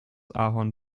ahorn